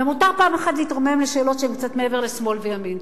ומותר פעם אחת להתרומם לשאלות שהן קצת מעבר לשמאל וימין.